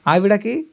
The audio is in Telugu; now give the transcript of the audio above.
ఆవిడకి